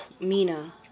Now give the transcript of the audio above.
Mina